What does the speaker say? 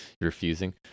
refusing